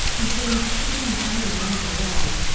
and so in choosing how we are in the world,